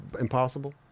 Impossible